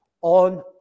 on